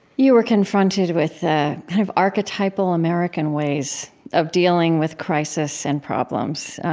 you were confronted with kind of archetypal american ways of dealing with crisis and problems.